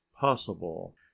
possible